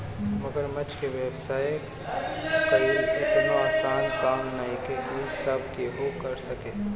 मगरमच्छ के व्यवसाय कईल एतनो आसान काम नइखे की सब केहू कर सके